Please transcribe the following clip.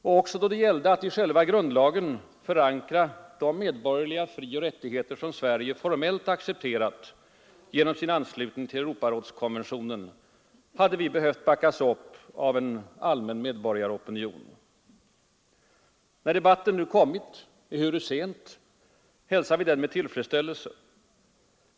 Och även då det gällde att i själva grundlagen förankra de medborgerliga frioch rättigheter som Sverige formellt accepterat genom sin anslutning till Europarådskonventionen hade vi behövt backas upp av en allmän medborgaropinion. När debatten nu kommit, ehuru sent, hälsar vi den med tillfredsställelse.